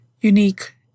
unique